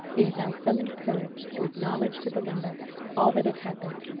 he had now summoned courage to acknowledge to belinda all that had happened,